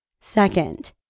Second